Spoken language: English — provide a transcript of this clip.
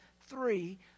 three